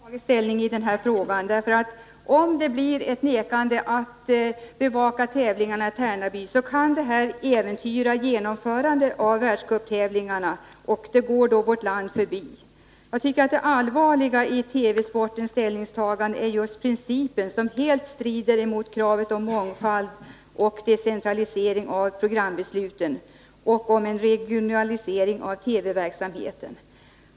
Herr talman! Det är bra att Sveriges television ännu inte tagit ställning i denna fråga. Om man inte kommer att bevaka tävlingarna i Tärnaby kan det äventyra genomförandet av världscupstävlingarna, som då går vårt land förbi. Jag tycker att det allvarliga i TV-sportens ställningstagande är just principen, som helt strider mot kravet på mångfald och decentralisering av programbesluten och om en regionalisering av TV-verksamheten.